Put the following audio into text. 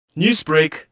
Newsbreak